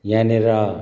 यहाँनेर